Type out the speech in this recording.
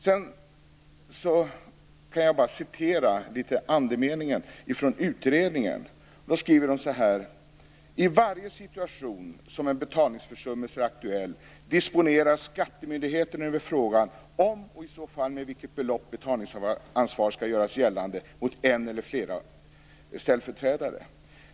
Följande belyser andemeningen hos utredningen: Man skriver att i varje situation som en betalningsförsummelse är aktuell disponerar skattemyndigheten över frågan om och i så fall med vilket belopp betalningsansvar skall göras gällande mot en eller flera ställföreträdare.